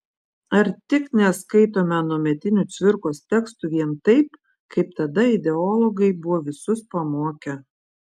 ar tik neskaitome anuometinių cvirkos tekstų vien taip kaip tada ideologai buvo visus pamokę